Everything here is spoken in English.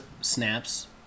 snaps